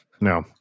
No